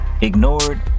ignored